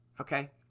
okay